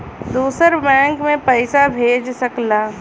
दूसर बैंक मे पइसा भेज सकला